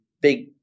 big